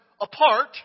apart